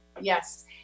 Yes